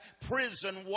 prison